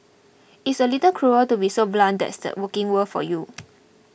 it's a little cruel to be so blunt that's the working world for you